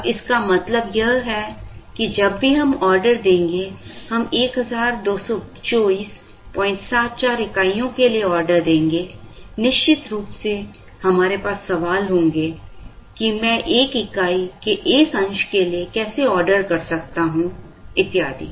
अब इसका मतलब यह है कि जब भी हम ऑर्डर देंगे हम 122474 इकाइयों के लिए ऑर्डर देंगे निश्चित रूप से हमारे पास सवाल होंगे कि मैं एक इकाई के एक अंश के लिए कैसे ऑर्डर कर सकता हूं इत्यादि